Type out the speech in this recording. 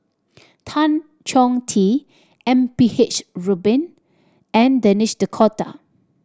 Tan Chong Tee M P H Rubin and Denis D'Cotta